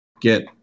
Get